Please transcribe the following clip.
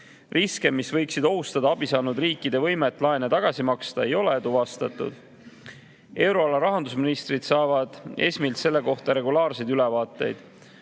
Riske, mis võiksid ohustada abi saanud riikide võimet laene tagasi maksta, ei ole tuvastatud. Euroala rahandusministrid saavad ESM‑ilt selle kohta regulaarseid ülevaateid.